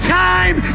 time